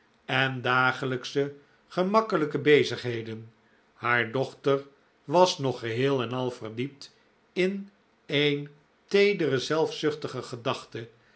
en dagelijksche gemakkelijke bezigheden haar dochter was nog geheel en al verdiept in een teedere zelfzuchtige gedachte